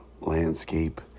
landscape